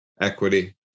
Equity